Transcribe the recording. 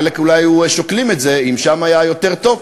חלק אולי היו שוקלים את זה אם שם היה יותר טוב,